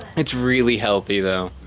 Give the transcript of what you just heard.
it's really healthy though.